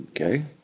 Okay